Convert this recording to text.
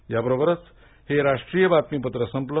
याबरोबरच हे राष्ट्रीय बातमीपत्र संपलं